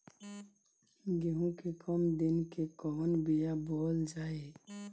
गेहूं के कम दिन के कवन बीआ बोअल जाई?